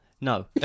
No